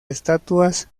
estatuas